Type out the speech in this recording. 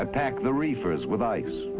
i packed the reefers with ice